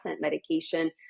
medication